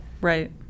Right